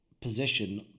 position